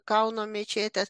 kauno mečetės